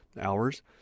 hours